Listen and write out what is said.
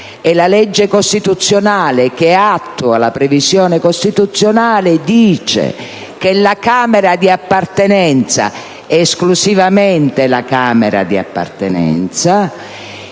e la legge costituzionale, che attua la previsione costituzionale, dice che la Camera di appartenenza - esclusivamente la Camera di appartenenza